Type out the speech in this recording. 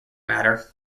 matter